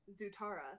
Zutara